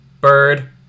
Bird